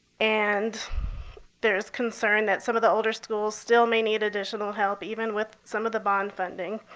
and there is concern that some of the older schools still may need additional help, even with some of the bond funding.